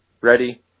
Ready